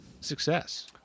success